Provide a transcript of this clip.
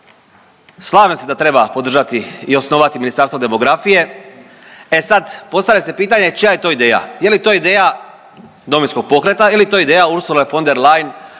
Slažem se da treba podržati i osnovati Ministarstvo demografije. E sad, postavlja se pitanje čija je to ideja? Je li to ideja Domovinskog pokreta ili je to ideja Ursule von der Leyen